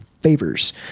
favors